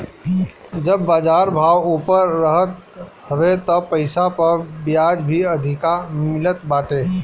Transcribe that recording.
जब बाजार भाव ऊपर रहत हवे तब पईसा पअ बियाज भी अधिका मिलत बाटे